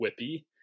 whippy